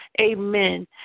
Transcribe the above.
Amen